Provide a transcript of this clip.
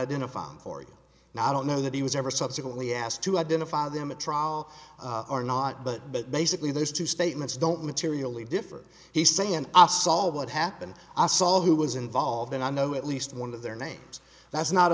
identify cory now i don't know that he was ever subsequently asked to identify them at trial or not but but basically those two statements don't materially different he's saying i saw what happened i saw who was involved and i know at least one of their names that's not a